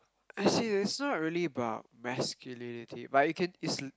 I see it's not really about masculinity but you can is